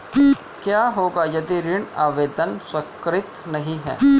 क्या होगा यदि ऋण आवेदन स्वीकृत नहीं है?